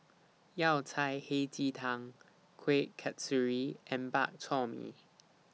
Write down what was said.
Yao Cai Hei Ji Tang Kuih Kasturi and Bak Chor Mee